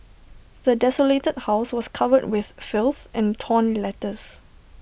the desolated house was covered with filth and torn letters